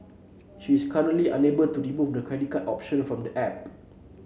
she is currently unable to remove the credit card option from the app